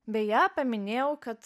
beje paminėjau kad